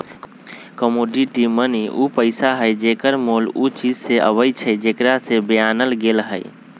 commodity money उ पइसा हइ जेकर मोल उ चीज से अबइ छइ जेकरा से बनायल गेल हइ